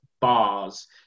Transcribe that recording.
bars